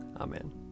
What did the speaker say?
Amen